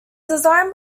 designed